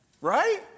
Right